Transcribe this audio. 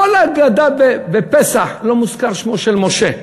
בכל ההגדה בפסח לא מוזכר שמו של משה: